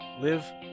live